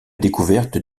découverte